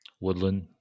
woodland